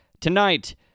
Tonight